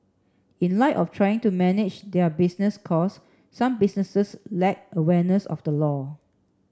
in light of trying to manage their business cost some businesses lack awareness of the law